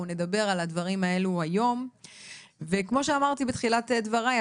אנחנו נדבר על הדברים הללו היום וכמו שאמרתי בתחילת דבריי,